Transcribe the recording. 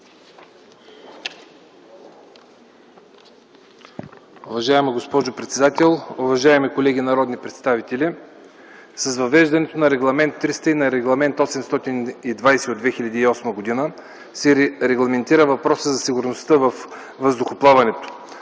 Уважаема госпожо председател, уважаеми колеги народни представители! С въвеждането на Регламент 300 и Регламент 820 от 2008 г. се регламентира въпросът за сигурността във въздухоплаването.